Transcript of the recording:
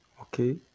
Okay